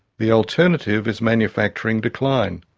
the alternative is manufacturing decline.